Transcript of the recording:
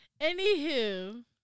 Anywho